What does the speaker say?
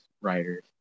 writers